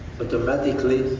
automatically